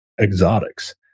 exotics